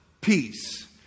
peace